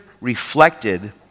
reflected